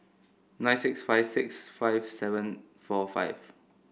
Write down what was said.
nine six five six five seven four five